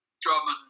Drummond